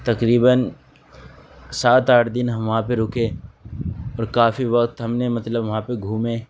تقریباً سات آٹھ دن وہاں پہ ہم رکے اور کافی وقت ہم نے مطلب وہاں پہ گھومے